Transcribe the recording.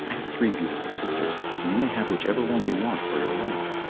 have three beautiful sisters, and you may have whichever one you want for your wife.